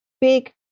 big